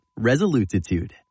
resolutitude